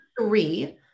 three